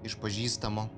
iš pažįstamo